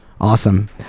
Awesome